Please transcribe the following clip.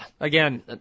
Again